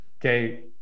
okay